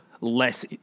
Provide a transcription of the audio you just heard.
less